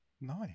Nice